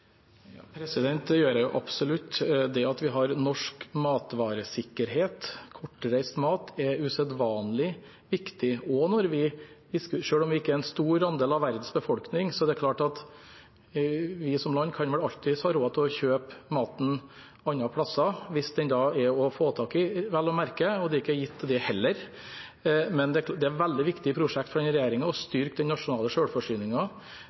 det gjør jeg absolutt. Det at vi har norsk matvaresikkerhet – kortreist mat – er usedvanlig viktig. Selv om vi ikke utgjør en stor andel av verdens befolkning, kan vi som land alltids ha råd til å kjøpe maten fra andre steder, hvis den er å få tak i, vel og merke. Det er ikke gitt, det heller. Det er et veldig viktig prosjekt for denne regjeringen å